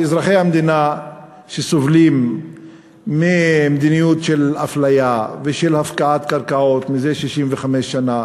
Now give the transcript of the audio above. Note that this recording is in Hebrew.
שאזרחי המדינה שסובלים ממדיניות של אפליה ושל הפקעת קרקעות מזה 65 שנה,